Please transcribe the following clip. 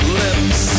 lips